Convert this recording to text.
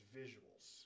visuals